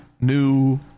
new